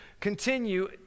continue